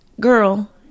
Girl